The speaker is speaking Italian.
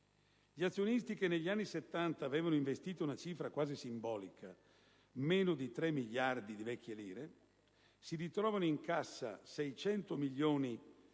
Gli azionisti, che negli anni Settanta avevano investito una cifra quasi simbolica (meno di 3 miliardi di vecchie lire), si ritrovavano in cassa circa 600 milioni di euro